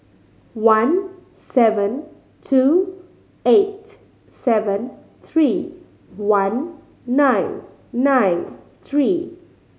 one seven two eight seven three one nine nine three